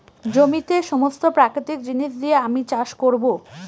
জমিতে সমস্ত প্রাকৃতিক জিনিস দিয়ে আমি চাষ করবো